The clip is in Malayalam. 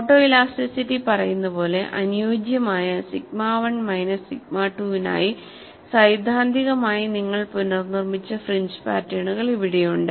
ഫോട്ടോഇലാസ്റ്റിറ്റി പറയുന്ന പോലെ അനുയോജ്യമായ സിഗ്മ 1 മൈനസ് സിഗ്മ 2 നായി സൈദ്ധാന്തികമായി നിങ്ങൾ പുനർനിർമ്മിച്ച ഫ്രിഞ്ച് പാറ്റേണുകൾ ഇവിടെയുണ്ട്